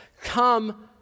come